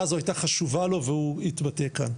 הזאת היתה חשובה לו והוא התבטא כאן.